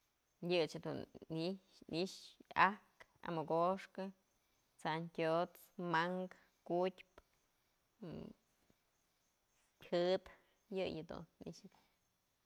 Yë ëch dun i'ixë ajkë, amokoxkë, t'santyos, mankë, kutyë pë, jët yëyë dun nixë.